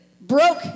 broke